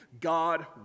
God